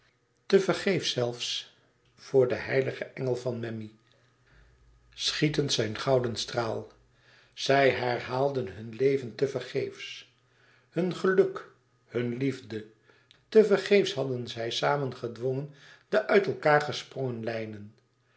tevergeefs zelfs voor den heiligen engel van memmi schietend zijn gouden straal zij herhaalden hun leven tevergeefs hun geluk hun liefde tevergeefs had zij samen gedwongen de uit elkaâr gesprongene lijnen